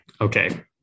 okay